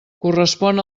correspon